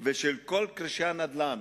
ושל כל כרישי הנדל"ן.